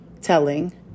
telling